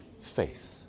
faith